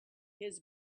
his